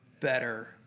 better